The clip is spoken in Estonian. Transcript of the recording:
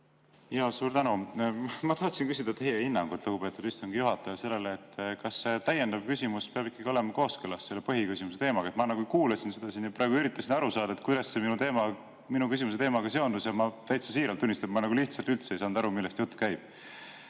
Suur tänu! Ma tahtsin küsida teie hinnangut, lugupeetud istungi juhataja, sellele, kas see täiendav küsimus peab ikkagi olema kooskõlas selle põhiküsimuse teemaga. Ma kuulasin seda [küsimust] siin ja üritasin aru saada, kuidas see minu küsimuse teemaga seondus, ja ma täitsa siiralt tunnistan, et ma lihtsalt üldse ei saanud aru, millest jutt käib.